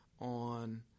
on